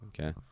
Okay